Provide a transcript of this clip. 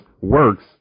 works